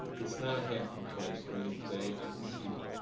it's not a happy place during the day, i can see it.